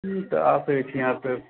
हूँ तऽ अहाँ आ सकै छी फेर